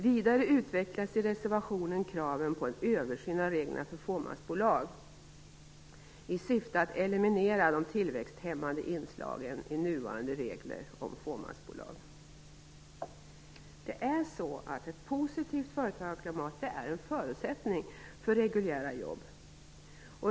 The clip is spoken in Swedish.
Vidare utvecklas i reservationen kraven på en översyn av reglerna för fåmansbolag i syfte att eliminera de tillväxthämmande inslagen i nuvarande regler om dessa bolag. Ett positivt företagarklimat är en förutsättning för reguljära jobb.